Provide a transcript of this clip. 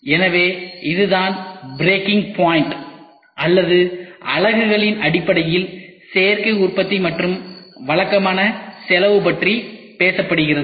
எனவே இதுதான் breaking point இதில் அலகுகளின் அடிப்படையில் சேர்க்கை உற்பத்தி மற்றும் வழக்கமான செலவு பற்றி பேசப்படுகிறது